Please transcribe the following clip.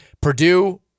Purdue